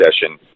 session